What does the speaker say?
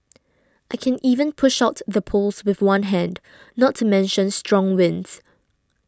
I can even push out the poles with one hand not to mention strong winds